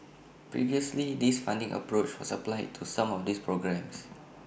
previously this funding approach was applied to some of these programmes